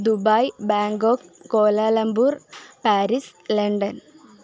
Dubai Bangkok Kuala Lumpur Paris London